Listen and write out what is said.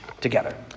together